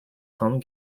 home